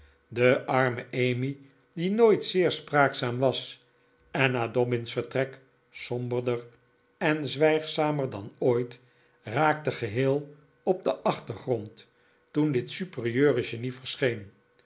de arme emmy die nooit zeer spraakzaam was en na dobbin's vertrek somberder en zwijgzamer dan ooit raakte geheel op den achtergrond toen dit super ieure genie verscheen